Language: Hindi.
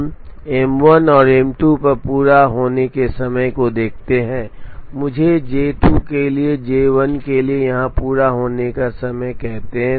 हम एम 1 और एम 2 पर पूरा होने के समय को देखते हैं मुझे जे 2 के लिए जे 1 के लिए यहां पूरा होने का समय कहते हैं